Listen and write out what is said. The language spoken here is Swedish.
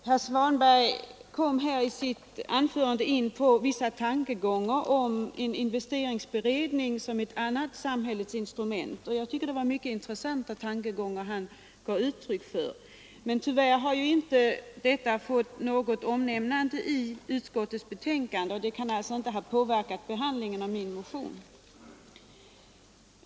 Herr Svanberg tog i sitt anförande upp tanken på en investeringsberedning som ett annat samhällets instrument. Jag tycker det var mycket intressanta tankegångar som han gav uttryck för, men de har inte nämnts i utskottets betänkande och kan alltså inte ha påverkat behandlingen av min motion.